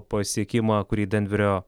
pasiekimą kurį denverio